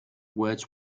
words